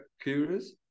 curious